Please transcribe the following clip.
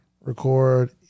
Record